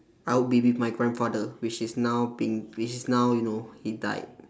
I would be with my grandfather which is now being which is now you know he died